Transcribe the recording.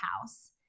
house